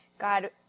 God